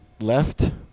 left